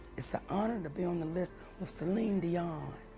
it's an honor to be on the list with celine dion.